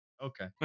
Okay